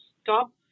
Stop